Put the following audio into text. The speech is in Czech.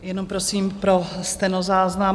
Jenom prosím pro stenozáznam.